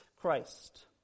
Christ